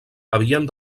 havien